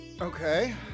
Okay